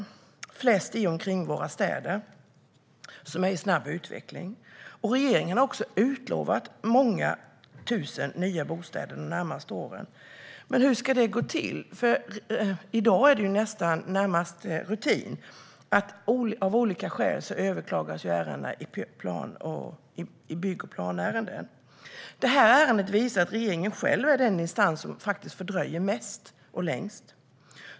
Flest bostäder saknas i och kring våra städer som utvecklas snabbt. Regeringen har också utlovat många tusen nya bostäder under de närmaste åren. Men hur ska det gå till? I dag är det närmast rutin att olika bygg och planärenden överklagas av olika skäl. Det här ärendet visar att regeringen själv är den instans som fördröjer mest och längst.